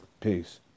Peace